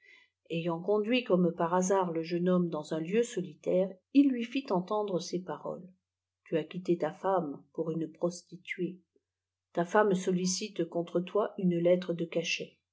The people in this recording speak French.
ayant conduit comme par hasard le jeune homme dans un lieu solitaire il lui fît entendre ces paroles a tu as quitté ta femme pour une prostituée ta femme sollicite contre toi une lettre de cachet